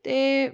ते